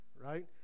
right